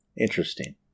Interesting